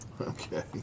Okay